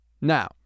Now